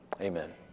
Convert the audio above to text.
Amen